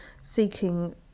seeking